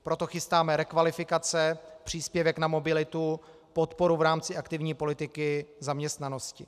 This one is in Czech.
Proto chystáme rekvalifikace, příspěvek na mobilitu, podporu v rámci aktivní politiky zaměstnanosti.